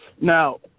Now